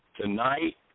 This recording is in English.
Tonight